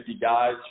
guys